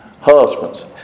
Husbands